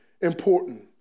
important